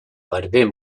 barber